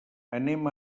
anem